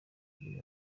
ibiri